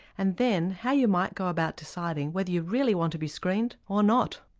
and then, how you might go about deciding whether you really want to be screened or not.